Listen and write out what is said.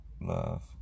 love